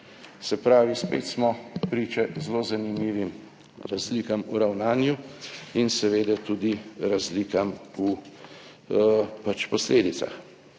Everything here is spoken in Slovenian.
Se pravi, spet smo priče zelo zanimivim razlikam v ravnanju in seveda tudi razlikam v posledicah.